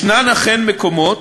אכן, יש מקומות,